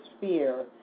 fear